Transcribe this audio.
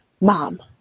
Mom